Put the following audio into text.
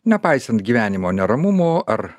nepaisant gyvenimo neramumo ar